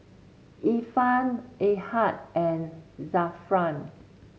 Irfan Ahad and Zafran